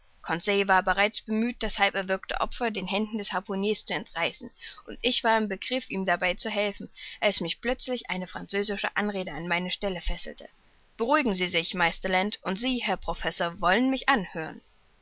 war bereits bemüht das halb erwürgte opfer den händen des harpuniers zu entreißen und ich war im begriff ihm dabei zu helfen als mich plötzlich eine französische anrede an meine stelle fesselte beruhigen sie sich meister land und sie herr professor wollen mich anhören